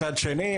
מצד שני,